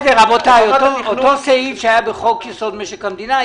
אותו סעיף שהיה בחוק יסוד: משק המדינה,